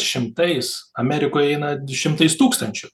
šimtais amerikoj eina šimtais tūkstančių